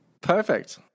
Perfect